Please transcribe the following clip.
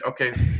Okay